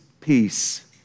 peace